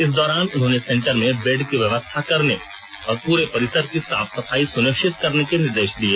इस दौरान उन्होंने सेंटर में बेड की व्यवस्था करने और पूरे परिसर की साफ सफाई सुनिश्चित करने के निर्देश दिए